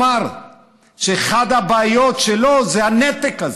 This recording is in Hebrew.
אמר שאחת הבעיות שלו זה הנתק הזה.